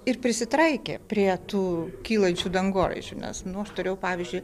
ir prisitaikė prie tų kylančių dangoraižių nes nu aš turėjau pavyzdžiui